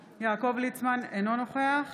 ליצמן, אינו נוכח